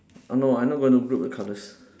no I'm not gonna group the colours